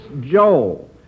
Joel